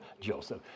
Joseph